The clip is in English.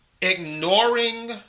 ignoring